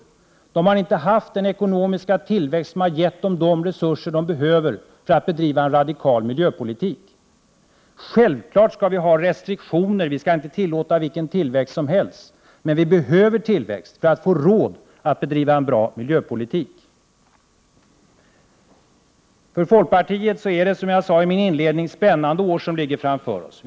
De länderna har inte haft den ekonomiska tillväxt som har gett dem de resurser de behöver för att driva en radikal miljöpolitik. Självfallet skall vi ha vissa restriktioner — vi skall inte tillåta vilken tillväxt som helst — men vi behöver tillväxt för att få råd att bedriva en bra miljöpolitik. För folkpartiet är det som jag sade i min inledning spännande år som ligger framför oss.